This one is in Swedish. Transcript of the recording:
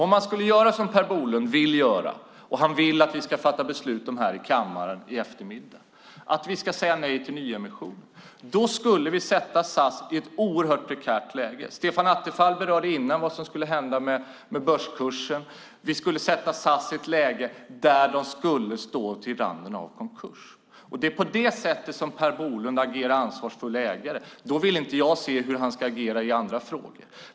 Om vi skulle göra som Per Bolund vill göra - och som han vill att vi ska fatta beslut om här i kammaren i eftermiddag - att vi ska säga nej till nyemissionen, skulle vi sätta SAS i ett oerhört prekärt läge. Stefan Attefall berörde innan vad som skulle hända med börskursen. Vi skulle sätta SAS i ett läge där det skulle stå på randen av konkurs. Om det är på det sättet som Per Bolund agerar ansvarsfull ägare vill inte jag se hur han ska agera i andra frågor.